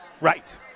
Right